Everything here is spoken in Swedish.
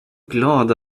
glad